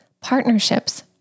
partnerships